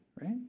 right